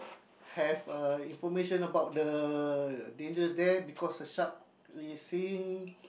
have a information about the dangers there because the shark is seen